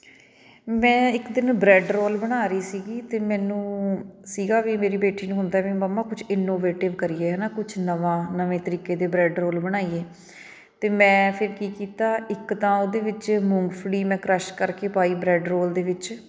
ਮੈਂ ਇੱਕ ਦਿਨ ਬ੍ਰੈਡ ਰੋਲ ਬਣਾ ਰਹੀ ਸੀਗੀ ਅਤੇ ਮੈਨੂੰ ਸੀਗਾ ਵੀ ਮੇਰੀ ਬੇਟੀ ਨੂੰ ਹੁੰਦਾ ਵੀ ਮੰਮਾ ਕੁਛ ਇਨੋਵੇਟਿਵ ਕਰੀਏ ਹੈਨਾ ਕੁਛ ਨਵਾਂ ਨਵੇਂ ਤਰੀਕੇ ਦੇ ਬ੍ਰੈਡ ਰੋਲ ਬਣਾਈਏ ਅਤੇ ਮੈਂ ਫਿਰ ਕੀ ਕੀਤਾ ਇੱਕ ਤਾਂ ਉਹਦੇ ਵਿੱਚ ਮੂੰਗਫਲੀ ਮੈਂ ਕਰਸ਼ ਕਰਕੇ ਪਾਈ ਬ੍ਰੈਡ ਰੋਲ ਦੇ ਵਿੱਚ